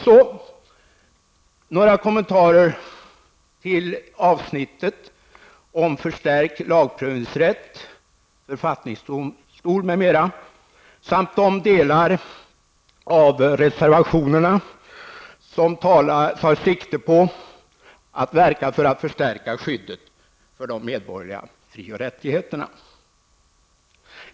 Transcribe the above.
Så några kommentarer till avsnittet om förstärkt lagprövningsrätt, författningsdomstol, m.m. samt de delar av reservationerna som tar sikte på att verka för en förstärkning av skyddet för de medborgerliga fri och rättigheterna.